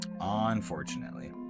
Unfortunately